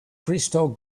crystal